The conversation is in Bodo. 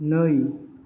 नै